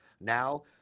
Now